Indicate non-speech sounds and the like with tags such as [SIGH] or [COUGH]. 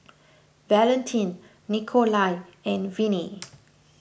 Valentin Nikolai and Vinnie [NOISE]